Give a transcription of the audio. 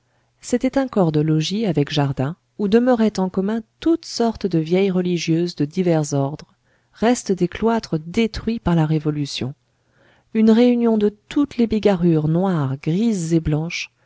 c'était un corps de logis avec jardin où demeuraient en commun toutes sortes de vieilles religieuses de divers ordres restes des cloîtres détruits par la révolution une réunion de toutes les bigarrures noires grises et blanches